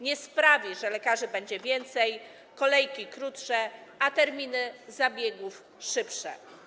Nie sprawi, że lekarzy będzie więcej, kolejki będą krótsze, a terminy zabiegów - szybsze.